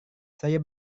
saya